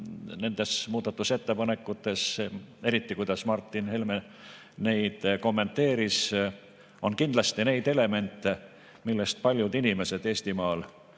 nendes muudatusettepanekutes, eriti selles, kuidas Martin Helme neid kommenteeris, on kindlasti neid elemente, millest paljud inimesed Eestimaal